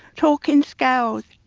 talking scales,